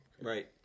Right